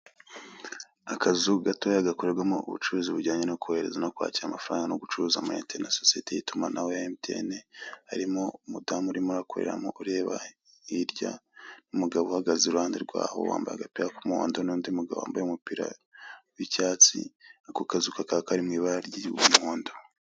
Akazu gatoya gakorerwamo ubucuruzi bujyanye no kohereza no kwakira amafaranga no gucuruza amayinite na sosiyete y'itumanaho ya MTN harimo umudamu urimo urakoreramo ureba hirya umugabo uhagaze iruhande rwaho wambaye umupira w'umuhondo n'undi mugabo wambaye umupira w'icyatsi ako kazu kakaba kari mu ibara ry'umuhondo.